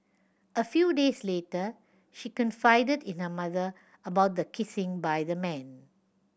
a few days later she confided in her mother about the kissing by the man